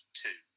two